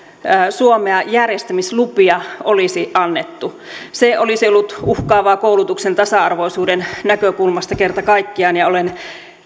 suomea järjestämislupia olisi annettu se olisi ollut uhkaavaa koulutuksen tasa arvoisuuden näkökulmasta kerta kaikkiaan ja olen